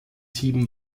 sieben